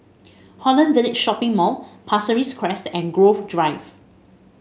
Holland Village Shopping Mall Pasir Ris Crest and Grove Drive